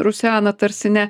rusena tarsi ne